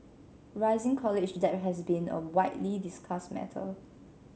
rising college debt has been a widely discussed matter